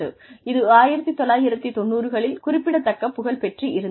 இது 1990 களில் குறிப்பிடத்தக்க புகழ் பெற்று இருந்தது